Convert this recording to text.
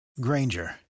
Granger